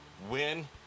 Win